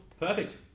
Perfect